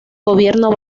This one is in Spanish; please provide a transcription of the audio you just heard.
gobierno